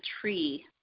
tree